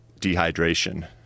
dehydration